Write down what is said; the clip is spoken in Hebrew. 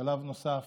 שלב נוסף